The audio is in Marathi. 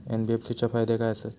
एन.बी.एफ.सी चे फायदे खाय आसत?